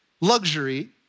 luxury